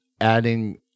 adding